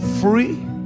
free